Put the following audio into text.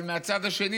אבל מהצד השני,